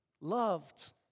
loved